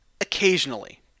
Occasionally